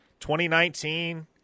2019